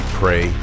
pray